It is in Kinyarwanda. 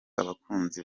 abakunzi